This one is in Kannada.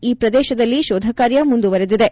ಆ ಪ್ರದೇಶದಲ್ಲಿ ಶೋಧಕಾರ್ಯ ಮುಂದುವರಿದಿದೆ